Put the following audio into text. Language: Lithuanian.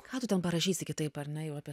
ką tu ten parašysi kitaip ar ne jau apie